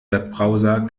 webbrowser